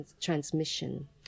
transmission